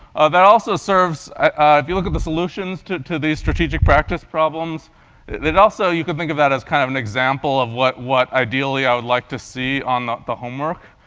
that also serves if you look at the solutions to to these strategic practice problems then also, you could think of that as kind of an example of what what ideally i would like to see on the homework.